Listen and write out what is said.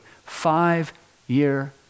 five-year